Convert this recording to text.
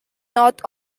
north